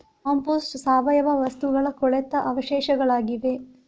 compost ಸಾವಯವ ವಸ್ತುಗಳ ಕೊಳೆತ ಅವಶೇಷಗಳಾಗಿವೆ